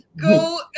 Go